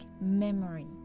memory